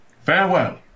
Farewell